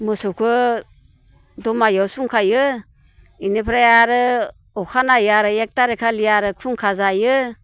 मोसौखौ दमाहियाव सुंखायो बेनिफ्राय आरो अखानायै आरो एक थारिगखालि आरो खुंखा जायो